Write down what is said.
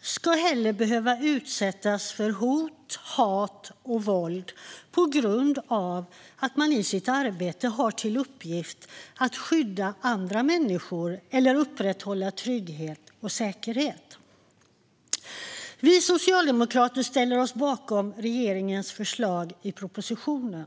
ska heller behöva utsättas för hot, hat och våld på grund av att man i sitt arbete har till uppgift att skydda andra människor eller upprätthålla trygghet och säkerhet. Vi socialdemokrater ställer oss bakom regeringens proposition.